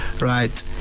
right